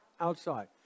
Outside